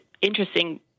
interesting